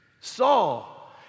Saul